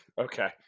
Okay